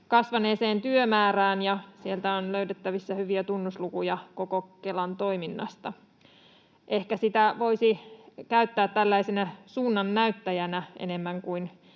kasvaneeseen työmäärään, ja sieltä on löydettävissä hyviä tunnuslukuja koko Kelan toiminnasta. Ehkä sitä voisi käyttää tällaisena suunnannäyttäjänä enemmän kuin